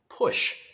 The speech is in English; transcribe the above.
push